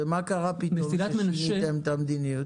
ומה קרה פתאום ששיניתם את המדיניות?